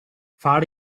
fare